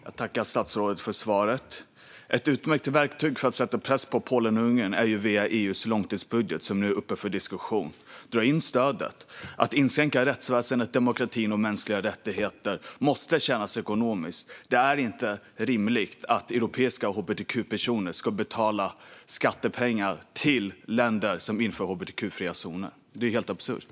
Herr talman! Jag tackar statsrådet för svaret. Ett utmärkt verktyg för att sätta press på Polen och Ungern finns via EU:s långtidsbudget, som nu är uppe för diskussion. Dra in stödet! Att inskränka rättsväsendet, demokratin och mänskliga rättigheter måste kännas ekonomiskt. Det är inte rimligt att europeiska hbtq-personer ska betala skattepengar till länder som inför hbtq-fria zoner - det är helt absurt.